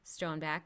Stoneback